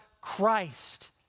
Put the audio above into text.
Christ